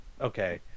Okay